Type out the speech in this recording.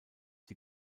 die